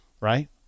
Right